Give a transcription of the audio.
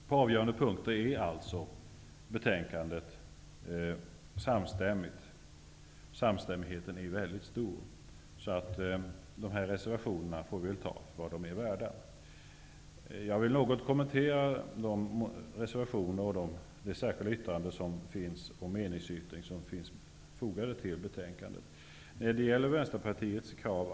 På avgörande punkter är betänkandets samstämmighet mycket stor. Därför får vi ta reservationerna för vad de är värda. Jag vill något kommentera de reservationer och den särskilda meningsyttring som finns fogade till betänkandet.